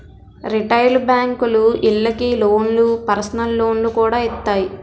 retail బేంకులు ఇళ్ళకి లోన్లు, పర్సనల్ లోన్లు కూడా ఇత్తాయి